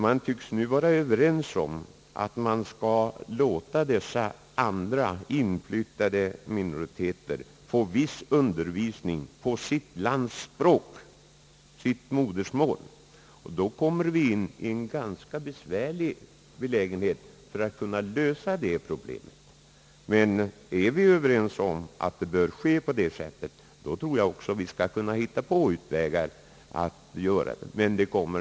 Man tycks nu vara överens om att låta de inflyttade minoriteterna få viss undervisning i sitt eget modersmål. Det kommer att bereda ganska stora svårigheter, men är vi överens om att det bör ske, så tror jag att vi skall kunna finna utvägar att klara det problemet.